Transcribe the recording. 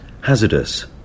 hazardous